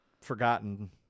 forgotten